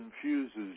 confuses